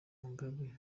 mugabe